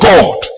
God